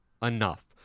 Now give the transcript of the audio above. Enough